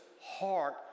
heart